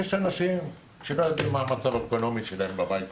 יש אנשים שלא ידוע מה המצב האקונומי שלהם בבית,